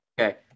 Okay